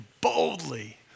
boldly